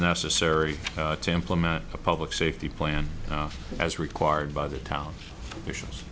necessary to implement a public safety plan as required by the town mis